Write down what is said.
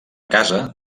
casa